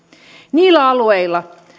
niillä alueilla